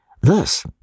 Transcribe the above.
Thus